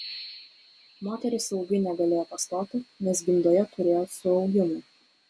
moteris ilgai negalėjo pastoti nes gimdoje turėjo suaugimų